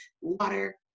water